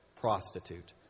prostitute